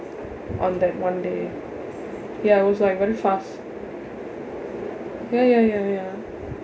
on that one day ya it was like very fast ya ya ya ya